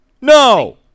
No